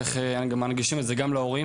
איך אני גם מנגישים את זה גם להורים